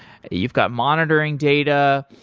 you've got monitoring data.